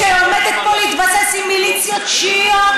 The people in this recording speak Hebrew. שעומדת פה להתבסס עם מליציות שיעיות,